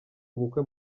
ubukwe